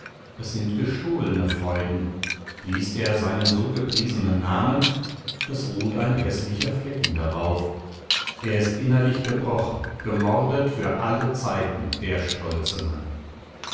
es sind gestohlene freuden liest er seinen so gepriesenen namen es ruht ein häßlicher flecken darauf er ist innerlich gebrochen gemordet für alle zeiten der stolze mann